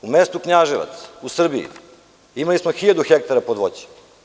U mestu Knjaževac u Srbiji imali smo hiljadu hektara pod voćem.